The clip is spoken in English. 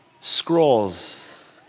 scrolls